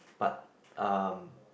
but um